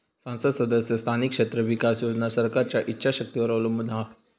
सांसद सदस्य स्थानिक क्षेत्र विकास योजना सरकारच्या ईच्छा शक्तीवर अवलंबून हा